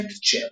פט צ'ר,